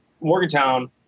Morgantown